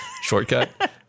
shortcut